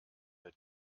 der